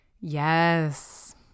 Yes